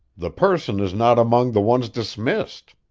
the person is not among the ones dismissed.